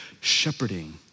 shepherding